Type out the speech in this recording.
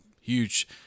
Huge